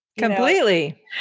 Completely